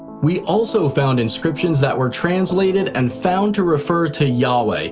we also found inscriptions that were translated and found to refer to yahweh,